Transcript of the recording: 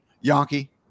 Yankee